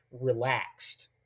relaxed